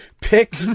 Pick